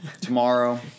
tomorrow